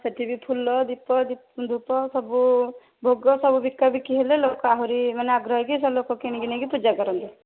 ହଁ ସେଠି ବି ଫୁଲ ଦୀପ ଧୂପ ସବୁ ଭୋଗ ସବୁ ବିକା ବିକି ହେଲେ ଲୋକ ଆହୁରି ମାନେ ଆଗ୍ରହ ହୋଇକି ସେ ଲୋକ କିଣିକି ନେଇକି ପୂଜା କରନ୍ତେ